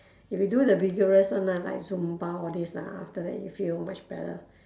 if you do the vigorous [one] lah like zumba all this lah after that you feel much better